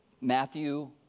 Matthew